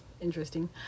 interesting